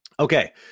Okay